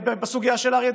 בעיה.